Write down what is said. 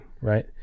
right